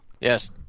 Yes